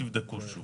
תבדקו שוב.